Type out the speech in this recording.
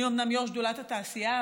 אני אומנם יו"ר שדולת התעשייה,